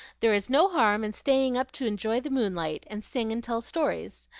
there is no harm in staying up to enjoy the moonlight, and sing and tell stories.